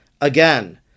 Again